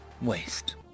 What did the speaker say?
Waste